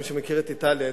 מי שמכיר את איטליה,